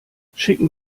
schicken